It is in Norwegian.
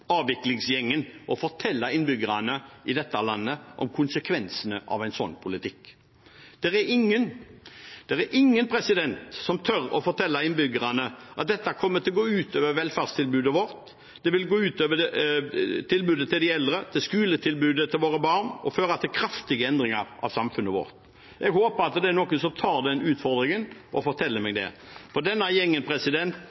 avviklingsgjengen å fortelle innbyggerne i dette landet om konsekvensene av en slik politikk? Ingen tør å fortelle innbyggerne at dette kommer til å gå utover velferdstilbudet vårt. Det vil gå ut over tilbudet til de eldre og skoletilbudet til våre barn og føre til kraftige endringer av samfunnet vårt. Jeg håper noen tar denne utfordringen og forteller meg